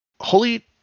holy